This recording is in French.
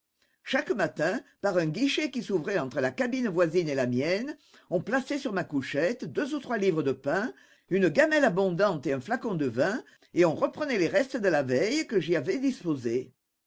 chaque matin par un guichet qui s'ouvrait entre la cabine voisine et la mienne on plaçait sur ma couchette deux ou trois livres de pain une gamelle abondante et un flacon de vin et on reprenait les restes de la veille que j'y avais disposés